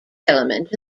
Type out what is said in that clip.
element